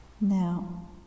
Now